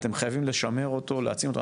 אתם חייבים לשמר אותו, להעצים אותו.